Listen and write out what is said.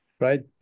right